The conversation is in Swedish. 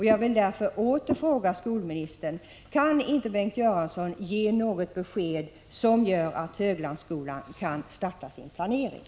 Jag vill därför återigen fråga skolministern: Kan inte skolminister Göransson ge något besked, så att Höglandsskolan kan starta sin planering?